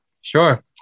Sure